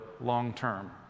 long-term